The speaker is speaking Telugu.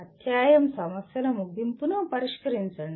అధ్యాయం సమస్యల ముగింపును పరిష్కరించండి